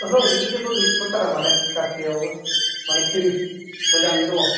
ओहो बिदि जेबो गैथ'थारा माने गासैआवबो सिरि मोजाङैनो दङ